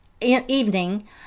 evening